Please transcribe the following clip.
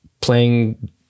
playing